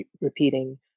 repeating